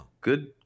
Good